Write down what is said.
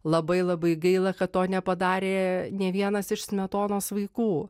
labai labai gaila kad to nepadarė nė vienas iš smetonos vaikų